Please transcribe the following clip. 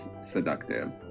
seductive